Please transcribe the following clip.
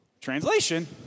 Translation